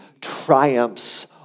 triumphs